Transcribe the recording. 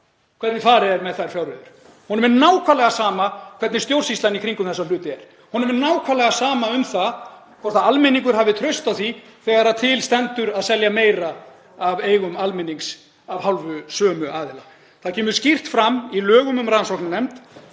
hvernig farið er með þær fjárreiður. Honum er nákvæmlega sama hvernig stjórnsýslan í kringum þessa hluti er. Honum er nákvæmlega sama um það hvort almenningur hafi traust á því þegar til stendur að selja meira af eigum almennings af hálfu sömu aðila. Það kemur skýrt fram í lögum um rannsóknarnefnd